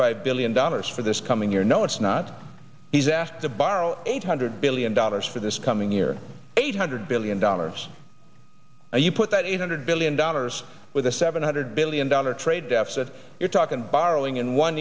five billion dollars for this coming year no it's not he's asked to borrow eight hundred billion dollars for this coming year eight hundred billion dollars and you put that eight hundred billion dollars with a seven hundred billion dollar trade deficit you're talking borrowing in one